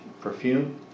perfume